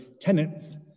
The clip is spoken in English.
tenants